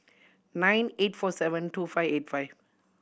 nine eight four seven two five eight five